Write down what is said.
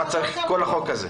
למה צריך את כל החוק הזה?